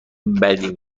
بدی